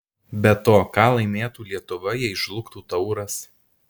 be to ką laimėtų lietuva jei žlugtų tauras